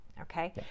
Okay